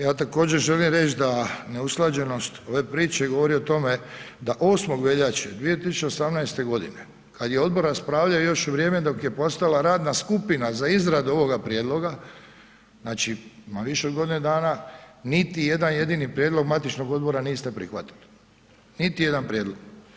Ja također želim reć da neusklađenost ove priče govori o tome da 8. veljače 2018.g. kad je odbor raspravljao još u vrijeme dok je postojala radna skupina za izradu ovoga prijedloga, znači, ima više od godine dana, niti jedan jedini prijedlog matičnog odbora niste prihvatili, niti jedna prijedlog.